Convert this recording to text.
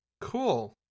Cool